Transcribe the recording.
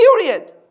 period